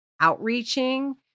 outreaching